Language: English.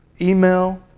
email